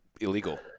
illegal